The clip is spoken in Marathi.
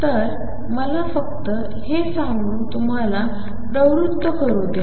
तर मला फक्त हे सांगून तुम्हाला प्रवृत्त करू द्या